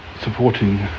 supporting